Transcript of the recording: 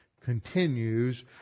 continues